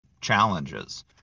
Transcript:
challenges